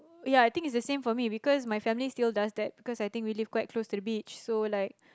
ya I think it's the same for me because my family still does that because I think we live quite close to the beach so like